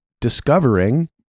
discovering